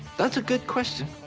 that's a good question.